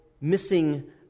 missing